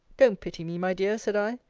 don't pity me, my dear, said i.